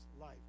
life